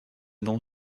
nom